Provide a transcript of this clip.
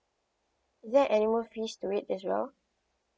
is there anymore fees to it extra